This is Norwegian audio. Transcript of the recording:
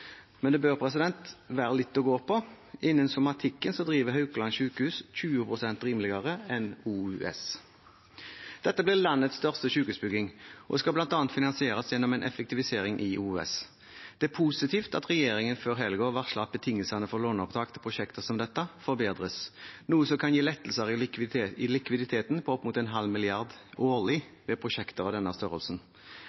Men det bør være litt å gå på – innen somatikken driver Haukeland universitetssjukehus 20 pst. rimeligere enn OUS. Dette blir landets største sykehusbygging og skal bl.a. finansieres gjennom en effektivisering i OUS. Det er positivt at regjeringen før helgen varslet at betingelsene for låneopptak til prosjekter som dette forbedres, noe som kan gi lettelser i likviditeten på opp mot 0,5 mrd. kr årlig